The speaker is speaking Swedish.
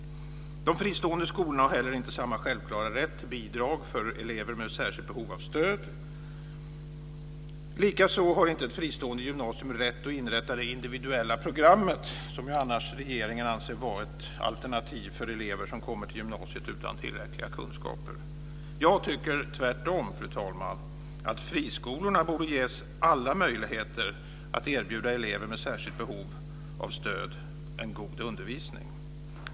De fristående skolorna har heller inte samma självklara rätt till bidrag för elever med särskilt behov av stöd. Likaså har inte ett fristående gymnasium rätt att inrätta det individuella programmet, som annars regeringen anser vara ett alternativ för elever som kommer till gymnasiet utan tillräckliga kunskaper. Jag tycker tvärtom, fru talman, att friskolorna borde ges alla möjligheter att erbjuda elever med särskilt behov av stöd en god undervisning.